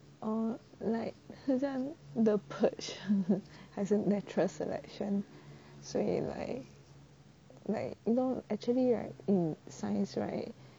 orh like 很像 the purge 呵呵还是 natural selection 所以 like like you know actually right in science right